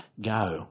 go